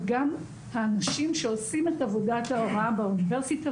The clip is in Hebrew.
וגם האנשים שעושים את עבודת ההוראה באוניברסיטה,